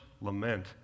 lament